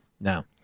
Now